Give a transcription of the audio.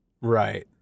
right